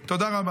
תודה רבה.